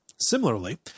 Similarly